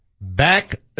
Back